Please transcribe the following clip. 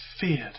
feared